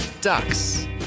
Ducks